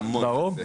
ברור.